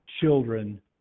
children